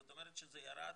זאת אומרת שזה ירד